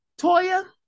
Toya